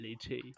tea